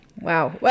wow